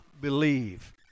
believe